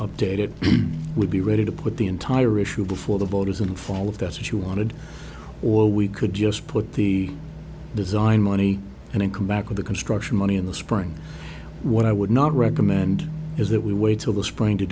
update it would be ready to put the entire issue before the voters and for all of that's what you wanted or we could just put the design money and come back with the construction money in the spring what i would not recommend is that we wait till the spring to